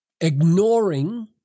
ignoring